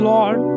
Lord